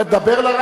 דבר למיקרופון.